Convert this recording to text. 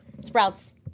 Sprouts